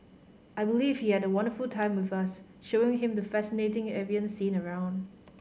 I believe he had a wonderful time with us showing him the fascinating avian scene around